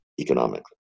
economically